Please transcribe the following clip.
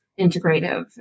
integrative